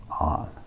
on